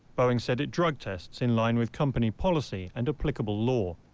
boeing said it drug tests in line with company policy and applicable law.